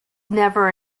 never